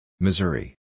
Missouri